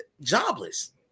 jobless